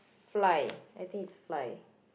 fly I think it's fly